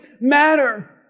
matter